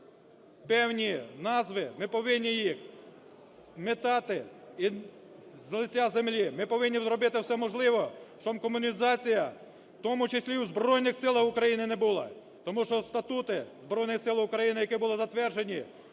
певні назви ми повинні їх змітати з лиця землі. Ми повинні зробити все можливе, щоб комунізація, в тому числі в Збройних Силах України, не була, тому що статути Збройних Сил України, які були затверджені